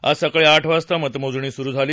आज सकाळी आठ वाजता मतमोजणी सूरु झाली